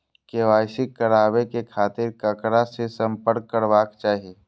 KYC कराबे के खातिर ककरा से संपर्क करबाक चाही?